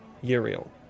Uriel